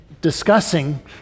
discussing